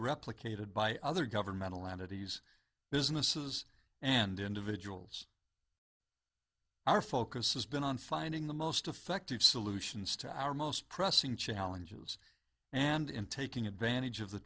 replicated by other governmental entities businesses and individuals our focus has been on finding the most effective solutions to our most pressing challenges and taking advantage of the